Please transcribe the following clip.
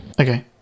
Okay